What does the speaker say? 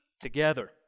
together